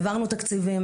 העברנו תקציבים,